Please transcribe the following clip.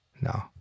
No